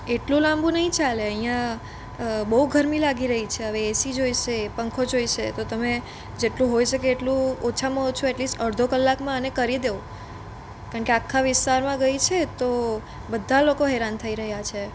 એટલુ લાંબુ નહીં ચાલે અહીંયા બહુ ગરમી લાગી રહી છે હવે એસી જોઇશે પંખો જોઇશે તો તમે જેટલું હોઇ શકે એટલું ઓછામાં ઓછું એટલીસ્ટ અડધો કલાકમાં આને કરી દો કારણ કે આખા વિસ્તારમાં ગઈ છે તો બધા લોકો હેરાન થઈ રહ્યા છે